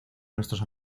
nuestros